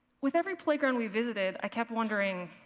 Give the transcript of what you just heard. with every playground we visited, i kept wondering,